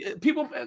people